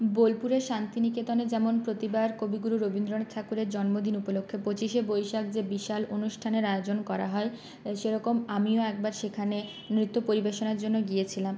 বোলপুরে শান্তিনিকেতনে যেমন প্রতিবার কবিগুরু রবীন্দ্রনাথ ঠাকুরের জন্মদিন উপলক্ষে পঁচিশে বৈশাখ যে বিশাল অনুষ্ঠানের আয়োজন করা হয় সে রকম আমিও একবার সেখানে নৃত্য পরিবেশনার জন্য গিয়েছিলাম